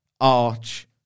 arch